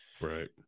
Right